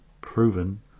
proven